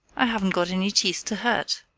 i haven't got any teeth to hurt.